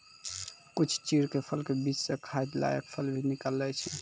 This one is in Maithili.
कुछ चीड़ के फल के बीच स खाय लायक फल भी निकलै छै